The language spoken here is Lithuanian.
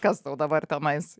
kas tau dabar tenais